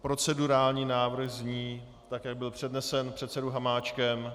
Procedurální návrh zní tak, jak byl přednesen předsedou Hamáčkem.